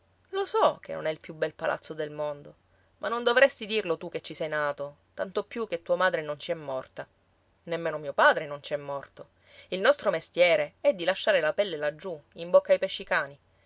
lo so che non è il più bel palazzo del mondo ma non dovresti dirlo tu che ci sei nato tanto più che tua madre non ci è morta nemmeno mio padre non ci è morto il nostro mestiere è di lasciare la pelle laggiù in bocca ai pescicani